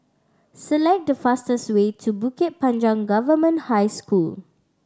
select the fastest way to Bukit Panjang Government High School